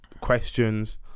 questions